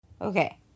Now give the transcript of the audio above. Okay